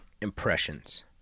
impressions